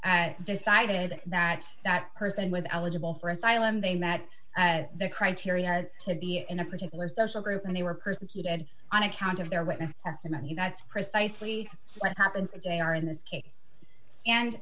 that decided that that person with eligible for asylum they met their criteria had to be in a particular social group and they were persecuted on account of their witness testimony that's precisely what happened they are in this case and